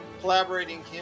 collaborating